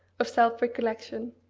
of self-recollection.